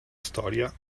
storia